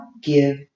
give